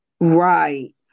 Right